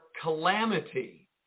calamity